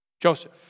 Joseph